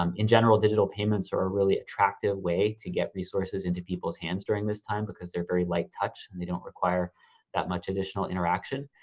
um in general, digital payments are a really attractive way to get resources into people's hands during this time, because they're very light touch and they don't require that much additional interaction.